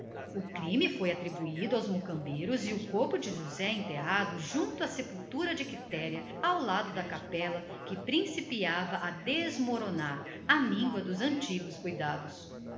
o crime foi atribuído aos mocambeiros e o corpo de josé da silva enterrado junto à sepultura da mulher ao lado da capela que principiava a desmoronar com a míngua dos antigos cuidados